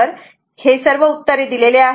तर हे सर्व उत्तरे दिलेले आहेत